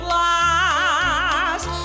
last